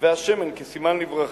והשמן כסימן לברכה: